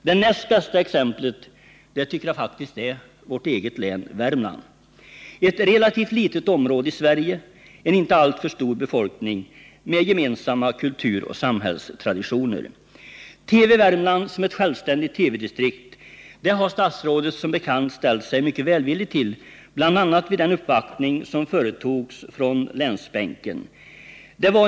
Det näst bästa exemplet tycker jag faktiskt är mitt hemlän Värmland. Det är ett relativt litet område i Sverige, och i det området finns en inte alltför stor befolkning, med gemensamma kulturoch samhällstraditioner. TV Värmland som ett självständigt TV-distrikt har statsrådet som bekant ställt sig mycket välvillig till, bl.a. vid den uppvaktning som företogs från vår länsbänk.